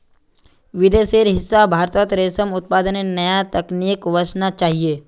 विदेशेर हिस्सा भारतत रेशम उत्पादनेर नया तकनीक वसना चाहिए